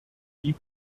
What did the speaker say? die